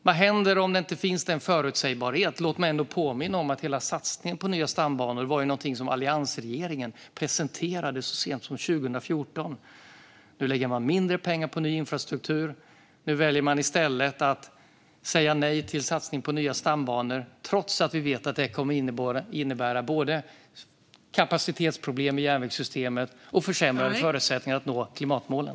Vad händer om det inte finns en förutsägbarhet? Låt mig påminna om att hela satsningen på nya stambanor presenterades av alliansregeringen så sent som 2014. Nu lägger man mindre pengar på ny infrastruktur. Nu väljer man i stället att säga nej till satsningar på nya stambanor, trots att vi vet att det kommer att innebära kapacitetsproblem i järnvägssystemet och försämrade förutsättningar att nå klimatmålen.